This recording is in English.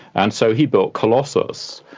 and so he built colossus.